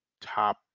top